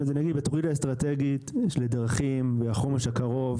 בתוכנית האסטרטגית יש לדרכים, בחומש הקרוב,